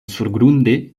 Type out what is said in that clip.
surgrunde